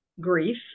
grief